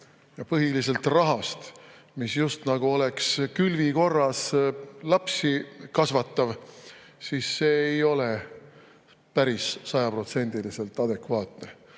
ja põhiliselt rahast, mis just nagu oleks külvi korras lapsi kasvatav, siis see ei ole päris